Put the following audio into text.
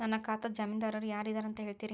ನನ್ನ ಖಾತಾದ್ದ ಜಾಮೇನದಾರು ಯಾರ ಇದಾರಂತ್ ಹೇಳ್ತೇರಿ?